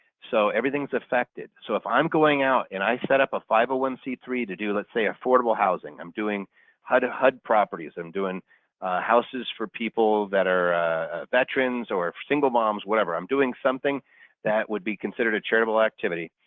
so everything's affected. so if i'm going out and i set up a five hundred and one c three to do let's say affordable housing, i'm doing how to hide properties. i'm doing houses for people that are veterans or single moms, whatever. i'm doing something that would be considered a charitable activity,